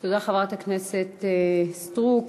תודה, חברת הכנסת סטרוק.